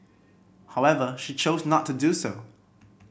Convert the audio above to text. however she chose not to do so